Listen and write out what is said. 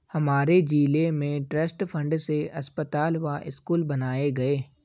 हमारे जिले में ट्रस्ट फंड से अस्पताल व स्कूल बनाए गए